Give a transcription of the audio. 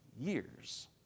years